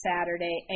Saturday